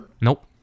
Nope